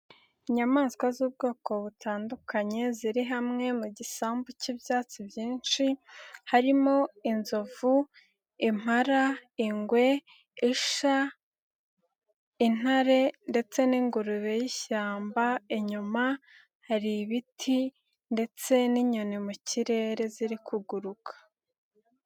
Inyamaswa z'ubwoko butandukanye, ziri hamwe mu gisambu cy'ibyatsi byinshi, harimo inzovu, impara, ingwe, isha, intare ndetse n'ingurube y'ishyamba, inyuma hari ibiti ndetse n'inyoni mu kirere, ziri kuguruka.